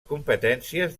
competències